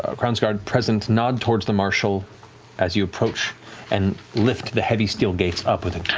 ah crownsguard present nod towards the marshal as you approach and lift the heavy steel gates up with a